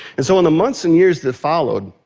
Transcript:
and so, in the months and years that followed,